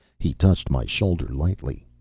he touched my shoulder lightly.